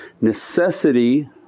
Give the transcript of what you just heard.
necessity